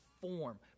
form